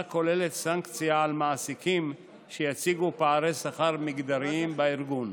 כוללת סנקציה על מעסיקים שיציגו פערי שכר מגדריים בארגון,